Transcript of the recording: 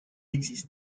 existe